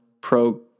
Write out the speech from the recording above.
pro